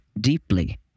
deeply